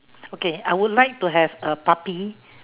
okay I would like to have a puppy